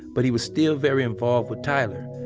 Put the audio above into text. but he was still very involved with tyler,